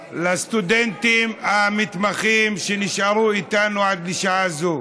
ולסטודנטים המתמחים שנשארו איתנו עד לשעה זו,